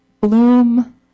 bloom